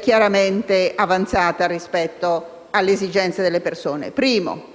chiaramente avanzata rispetto alle esigenze delle persone. Nel